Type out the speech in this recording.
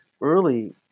early